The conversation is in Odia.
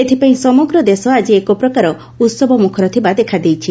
ଏଥପାଇଁ ସମଗ୍ର ଦେଶ ଆଜି ଏକପ୍ରକାର ଉହବମ୍ରଖର ଥିବା ଦେଖାଯାଇଛି